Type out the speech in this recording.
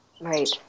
Right